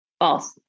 False